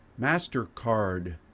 MasterCard